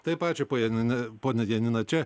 taip ačiū poje janina ponia janina čia